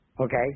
Okay